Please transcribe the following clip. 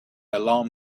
alarm